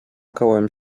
kołem